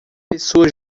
pessoa